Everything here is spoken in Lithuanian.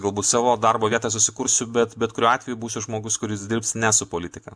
galbūt savo darbo vietą susikursiu bet bet kuriuo atveju būsiu žmogus kuris dirbs ne su politika